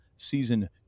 Season